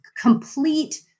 complete